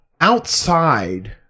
outside